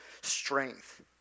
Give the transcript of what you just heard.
strength